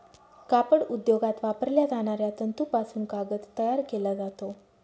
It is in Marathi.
कापड उद्योगात वापरल्या जाणाऱ्या तंतूपासून कागद तयार केला जातो